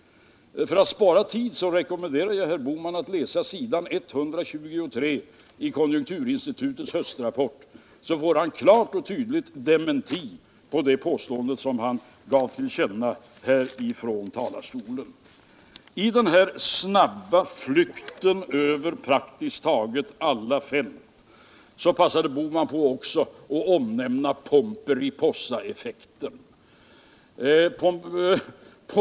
För att spara tid rekommenderar jag herr Bohman att läsa sidan 123 i konjunkturinstitutets höstrapport. Då får han klart och tydligt en dementi på det påstående som han gav till känna här ifrån talarstolen. I den snabba flykten över praktiskt taget hela fältet passade herr Bohman också på att omnämna Pomperipossaeffekten.